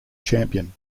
champion